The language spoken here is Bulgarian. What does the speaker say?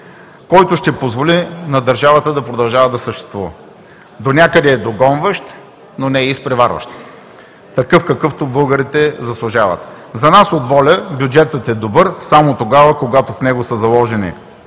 който ще позволи на държавата да продължава да съществува. Донякъде е догонващ, но не и изпреварващ – такъв, какъвто българите заслужават. За нас, от ВОЛЯ, бюджетът е добър само тогава, когато в него са заложени